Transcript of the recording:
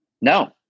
No